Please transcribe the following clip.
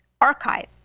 Archive